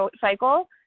cycle